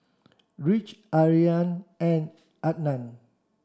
Rich Ariane and Adan